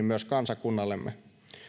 myös kansakunnallemme